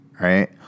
right